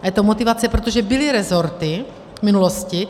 A je to motivace, protože byly resorty v minulosti...